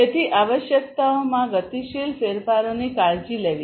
તેથી આવશ્યકતાઓમાં ગતિશીલ ફેરફારોની કાળજી લેવી